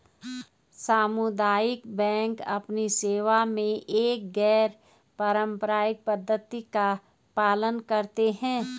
सामुदायिक बैंक अपनी सेवा में एक गैर पारंपरिक पद्धति का पालन करते हैं